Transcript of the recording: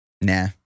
Nah